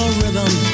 rhythm